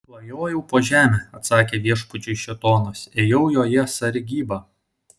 klajojau po žemę atsakė viešpačiui šėtonas ėjau joje sargybą